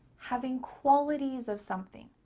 having qualities of something.